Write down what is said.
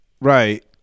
Right